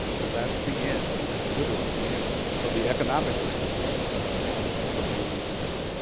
and that's the end. that's literally the end of the economic legacy of the mason family.